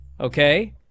okay